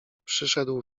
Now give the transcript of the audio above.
przyszedł